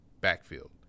backfield